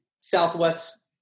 Southwest